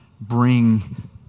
bring